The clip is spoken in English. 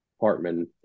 Hartman